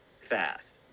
fast